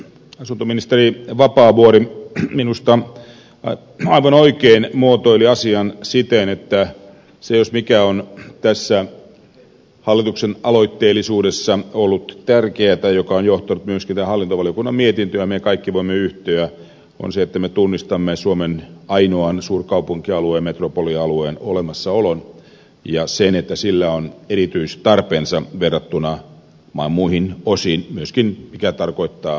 asuntoministeri vapaavuori minusta aivan oikein muotoili asian siten että se jos mikä on tässä hallituksen aloitteellisuudessa ollut tärkeätä joka on johtanut myöskin tähän hallintovaliokunnan mietintöön ja johon me kaikki voimme yhtyä että me tunnistamme ainoan suurkaupunkialueen metropolialueen olemassaolon ja sen että sillä on erityistarpeensa verrattuna maan muihin osiin myöskin mikä tarkoittaa hallintoa